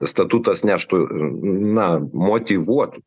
statutas neštų na motyvuotų